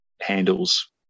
handles